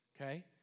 Okay